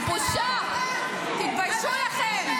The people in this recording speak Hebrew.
--- מצלמות --- בושה, תתביישו לכם.